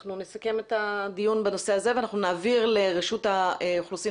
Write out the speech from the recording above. אנחנו נסכם את הדיון בנושא הזה ואנחנו נעביר לרשות האוכלוסין